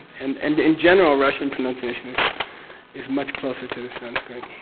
and and in general russian pronunciation is is much closer to the sanskrit.